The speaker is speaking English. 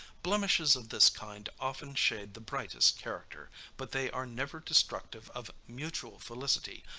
blemishes of this kind often shade the brightest character but they are never destructive of mutual felicity,